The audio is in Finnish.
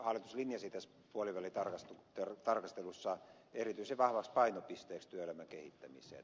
hallitus linjasi tässä puolivälitarkastelussa erityisen vahvaksi painopisteeksi työelämän kehittämisen